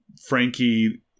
Frankie